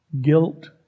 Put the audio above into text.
guilt